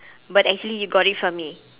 but actually you got it for me